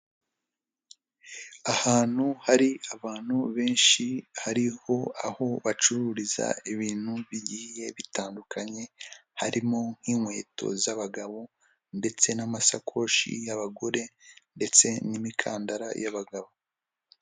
Ahantu hari abantu benshi hariho aho bacururiza ibintu bigiye bitandukanye, harimo nk'inkweto z'abagabo ndetse n'amasakoshi y'abagore ndetse n'imikandara y'abagabo.